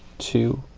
two,